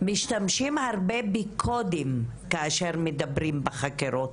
משתמשות הרבה בקודים כאשר הן מדברות בחקירות,